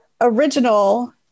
original